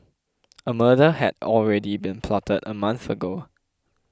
a murder had already been plotted a month ago